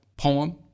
poem